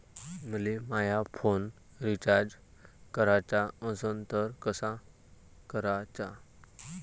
मले माया phone recharge कराचा असन तर कसा कराचा?